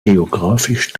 geografisch